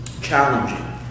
challenging